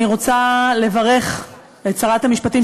אני רוצה לברך את שרת המשפטים,